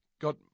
got